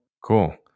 Cool